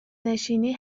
نشینی